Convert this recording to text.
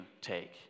take